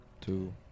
two